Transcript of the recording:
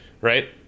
Right